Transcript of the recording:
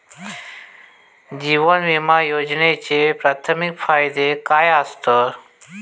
जीवन विमा योजनेचे प्राथमिक फायदे काय आसत?